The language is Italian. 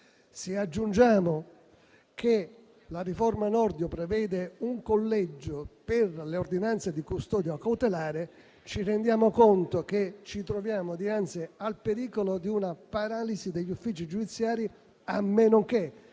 Se aggiungiamo che la riforma Nordio prevede un collegio per le ordinanze di custodia cautelare, ci rendiamo conto di trovarci dinanzi al pericolo di una paralisi degli uffici giudiziari, a meno che